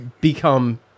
become